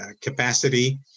capacity